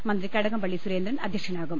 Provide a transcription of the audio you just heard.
മന്ത്രി കടകംപള്ളി സുരേന്ദ്രൻ അധ്യക്ഷനാകും